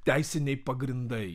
teisiniai pagrindai